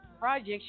projects